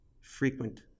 frequent